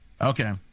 Okay